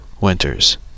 Winters